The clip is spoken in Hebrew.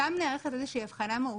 שם נערכת איזושהי הבחנה מהותית.